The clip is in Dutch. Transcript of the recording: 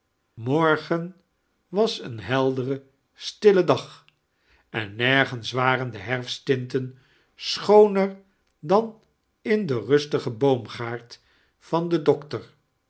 morgen was een heldere stille dag en margens waren de herf sttdnten schooner dan in den rustigen boomgaard van den doctor